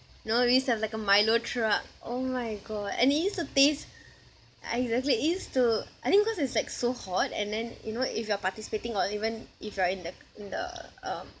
know we used to have like a Milo truck oh my god and it used to taste I exactly it used to I think cause it's like so hot and then you know if you are participating or even if you are in the in the uh